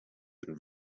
and